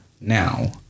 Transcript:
now